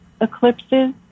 Eclipses